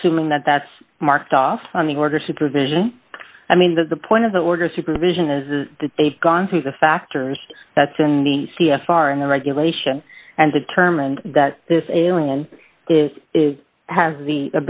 assuming that that's marked off on the order supervision i mean that the point of the order supervision is that they've gone through the factors that's in the c f r and the regulation and determined that this alien is is has the